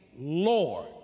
Lord